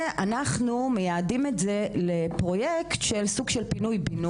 אנחנו מייעדים את זה לפרויקט של סוג של פינוי-בינוי,